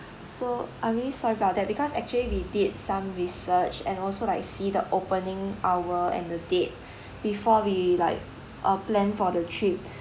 so I'm really sorry about that because actually we did some research and also like see the opening hour and the date before we like uh plan for the trip